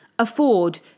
Afford